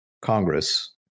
congress